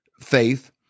faith